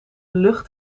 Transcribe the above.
lucht